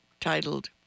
titled